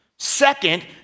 Second